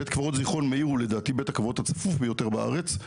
בית קברות זיכרון מאיר הוא לדעתי בית הקברות הצפוף ביותר בארץ,